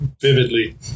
vividly